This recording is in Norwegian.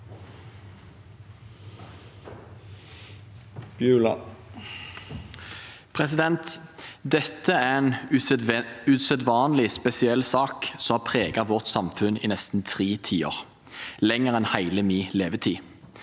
Dette er en usedvanlig spesiell sak, som har preget vårt samfunn i nesten tre tiår, lenger enn hele min levetid.